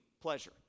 pleasure